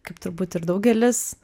kaip turbūt ir daugelis